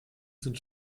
sind